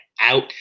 out